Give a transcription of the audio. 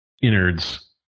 innards